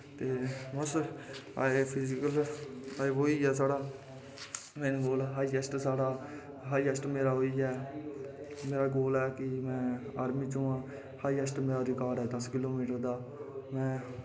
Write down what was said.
ते अस फिजिकल अगर होई गे साढ़ा हाईऐस्ट साढ़ा हाऐऐस्ट होई गेआ गोल ऐ कि में आर्मी च होआं हाईऐस्ट मेरा रिकार्ड़ ऐ दस किलो मीटर दा में